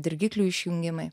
dirgiklių išjungimai